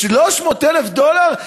300,000 דולר?